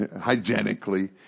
hygienically